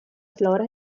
flora